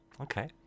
Okay